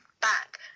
back